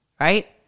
right